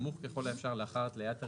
"..סמוך ככל האפשר להתליית הרישיון..".